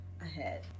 ahead